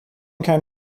kein